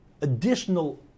additional